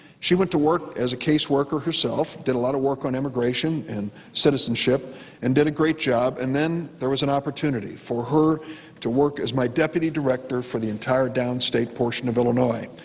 she went to work as a caseworker herself, did a lot of work on immigration and citizenship and did a great job and then there was an opportunity for her to work as my deputy director for the entire down state portion of illinois.